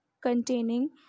containing